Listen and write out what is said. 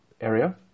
area